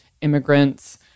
immigrants